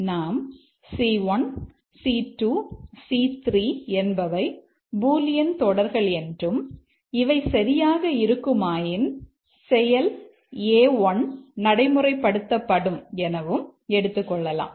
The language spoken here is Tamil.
இங்கு நாம் c1 c2 c3 என்பவை பூலியன் தொடர்கள் என்றும் இவை சரியாக இருக்குமாயின் செயல் A1 நடைமுறைப்படுத்தப்படும் எனவும் எடுத்துக்கொள்ளலாம்